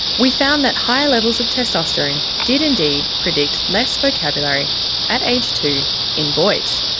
we found that higher levels of testosterone did indeed predict less vocabulary at age two in boys.